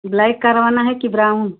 black करवाना है कि ब्राउन